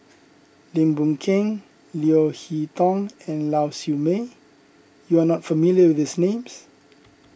Lim Boon Keng Leo Hee Tong and Lau Siew Mei you are not familiar with these names